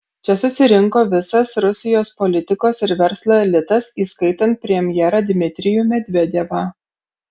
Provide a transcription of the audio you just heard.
čia susirinko visas rusijos politikos ir verslo elitas įskaitant premjerą dmitrijų medvedevą